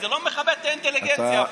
זה לא מכבד את האינטליגנציה אפילו.